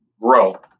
grow